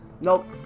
Nope